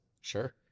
Sure